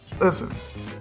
Listen